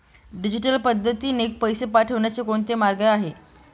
Digital पद्धतीने पैसे पाठवण्याचे कोणते मार्ग आहेत?